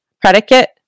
Predicate